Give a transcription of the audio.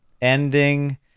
ending